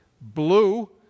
blue